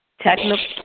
technical